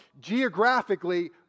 geographically